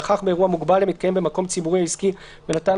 נכח באירוע מוגבל המתקיים במקום ציבורי או עסקי ונתן